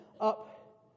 up